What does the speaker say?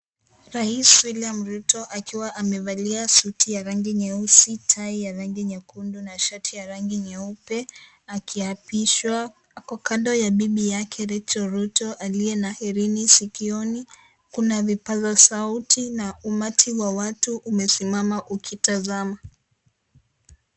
Rais William Ruto akiwa amevalia suti ya rangi nyeusi, tai ya rangi nyekundu na shati ya rangi nyeupe akiapishwa ako kando ya bibi yake Rachael Ruto aliye na herini sikioni. Kuna vipaza sauti na umati wa watu umesimama ukitazama.